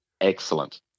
Excellent